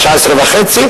19.5%,